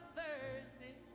Thursday